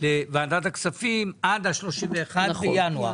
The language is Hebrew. לוועדת הכספים עד ה-31 בינואר